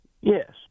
Yes